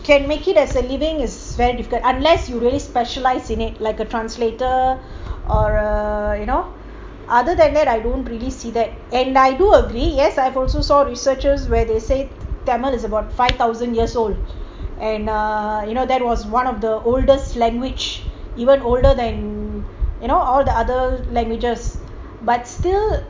can make it as a living is very difficult unless you really specialise in it like a translator or ugh you know other than that I don't really see that and I do agree yes I've also saw researchers where they said tamil is about five thousand years old and err you know that was one of the oldest language even older than you know all the other languages but still